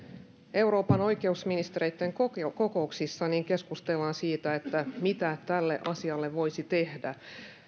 euroopan oikeusministereitten kokouksissa keskustellaan siitä mitä tälle asialle voisi tehdä